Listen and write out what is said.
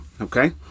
Okay